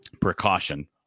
precaution